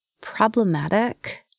problematic